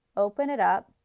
open it up,